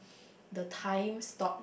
the times stop